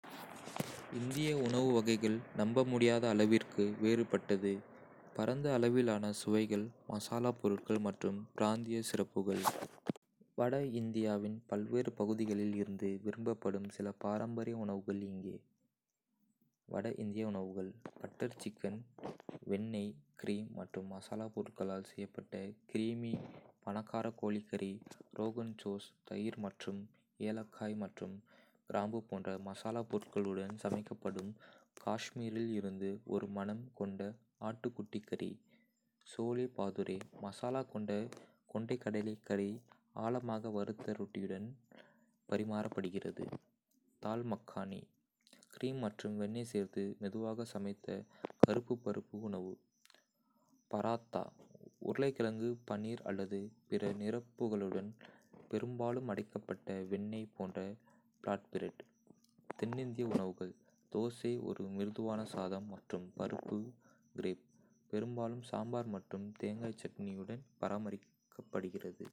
இந்திய உணவு வகைகள் நம்பமுடியாத அளவிற்கு வேறுபட்டது, பரந்த அளவிலான சுவைகள், மசாலாப் பொருட்கள் மற்றும் பிராந்திய சிறப்புகள். இந்தியாவின் பல்வேறு பகுதிகளில் இருந்து விரும்பப்படும் சில பாரம்பரிய உணவுகள் இங்கே: வட இந்திய உணவுகள் பட்டர் சிக்கன் முர்க் மக்கானி வெண்ணெய், கிரீம் மற்றும் மசாலாப் பொருட்களால் செய்யப்பட்ட கிரீமி, பணக்கார கோழி கறி. ரோகன் ஜோஷ்: தயிர் மற்றும் ஏலக்காய் மற்றும் கிராம்பு போன்ற மசாலாப் பொருட்களுடன் சமைக்கப்படும் காஷ்மீரில் இருந்து ஒரு மணம் கொண்ட ஆட்டுக்குட்டி கறி. சோலே பாதுரே மசாலா கொண்ட கொண்டைக்கடலை கறி ஆழமாக வறுத்த ரொட்டியுடன் பத்தூர் பரிமாறப்படுகிறது. தால் மக்கானி கிரீம் மற்றும் வெண்ணெய் சேர்த்து மெதுவாக சமைத்த கருப்பு பருப்பு உணவு. பராத்தா உருளைக்கிழங்கு, பனீர் அல்லது பிற நிரப்புகளுடன் பெரும்பாலும் அடைக்கப்பட்ட, வெண்ணெய் போன்ற பிளாட்பிரெட். தென்னிந்திய உணவுகள் தோசை: ஒரு மிருதுவான சாதம் மற்றும் பருப்பு க்ரேப், பெரும்பாலும் சாம்பார் மற்றும் தேங்காய் சட்னியுடன் பரிமாறப்படுகிறது.